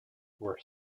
were